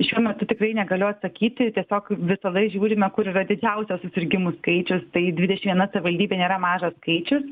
šiuo metu tikrai negaliu atsakyti tiesiog visalaik žiūrime kur yra didžiausias susirgimų skaičius tai dvidešim viena savivaldybė nėra mažas skaičius